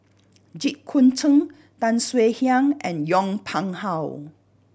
Jit Koon Ch'ng Tan Swie Hian and Yong Pung How